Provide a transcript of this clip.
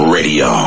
Radio